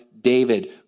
David